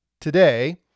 today